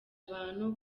abantu